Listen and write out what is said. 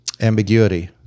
ambiguity